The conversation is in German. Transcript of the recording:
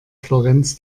florenz